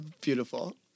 beautiful